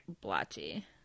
blotchy